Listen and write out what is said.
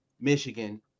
Michigan